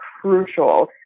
crucial